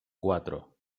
cuatro